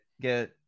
get